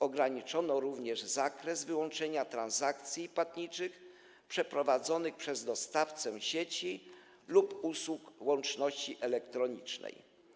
Ograniczono również zakres wyłączenia transakcji płatniczych przeprowadzonych przez dostawcę sieci lub usług łączności elektronicznej.